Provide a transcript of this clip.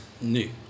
new